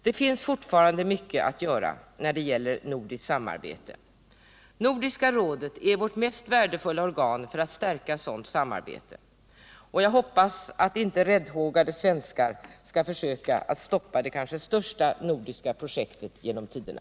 Det finns fortfarande mycket att göra när det gäller nordiskt samarbete. Nordiska rådet är vårt mest värdefulla organ för att stärka sådant samarbete, och jag hoppas att inte räddhågade svenskar skall försöka stoppa det kanske största nordiska projektet genom tiderna.